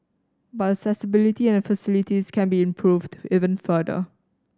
but accessibility and facilities can be improved even further